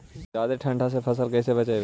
जादे ठंडा से फसल कैसे बचइबै?